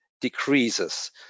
decreases